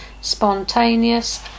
spontaneous